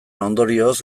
ondorioz